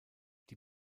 die